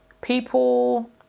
people